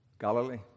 Galilee